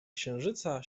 księżyca